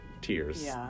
tears